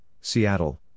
Seattle